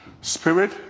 Spirit